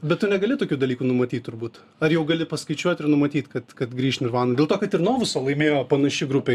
bet tu negali tokių dalykų numatyt turbūt ar jau gali paskaičiuot ir numatyt kad kad grįž nirvana dėl to kad ir novusą laimėjo panaši grupė